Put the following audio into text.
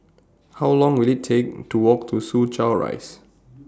How Long Will IT Take to Walk to Soo Chow Rise